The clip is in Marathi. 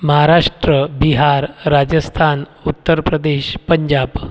महाराष्ट्र बिहार राजस्थान उत्तरप्रदेश पंजाब